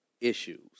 issues